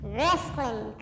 Wrestling